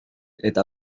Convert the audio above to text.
eta